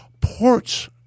Ports